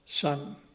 son